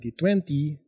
2020